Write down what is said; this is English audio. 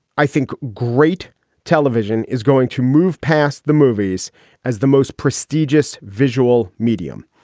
i think great television is going to move past the movies as the most prestigious visual medium.